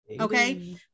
okay